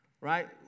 Right